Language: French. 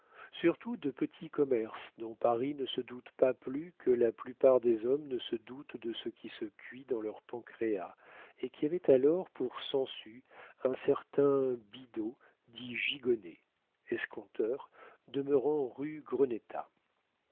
surtout de petits commerces dont paris ne se doute pas plus que la plupart des hommes ne se doutent de ce qui se cuit dans leur pancréas et qui avaient alors pour sangsue un certain bidault dit gigonnet escompteur demeurant rue